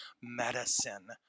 medicine